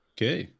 Okay